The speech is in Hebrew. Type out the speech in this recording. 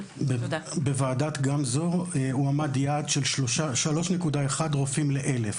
בוועדת גמזו הועמד יעד של 3.1 רופאים ל-1,000.